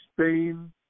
Spain